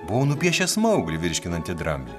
buvo nupiešęs smauglį virškinantį dramblį